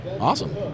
awesome